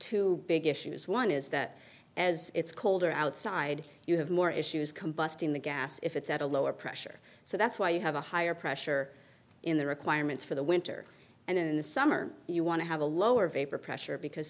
two big issues one is that as it's colder outside you have more issues combusting the gas if it's at a lower pressure so that's why you have a higher pressure in the requirements for the winter and in the summer you want to have a lower vapor pressure because